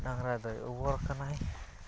ᱰᱟᱝᱨᱟᱫᱚᱭ ᱚᱵᱚᱨ ᱟᱠᱟᱱᱟᱭ